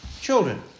children